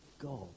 God